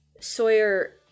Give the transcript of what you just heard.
Sawyer